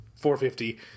450